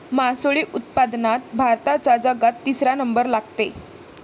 मासोळी उत्पादनात भारताचा जगात तिसरा नंबर लागते